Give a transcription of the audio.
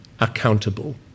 accountable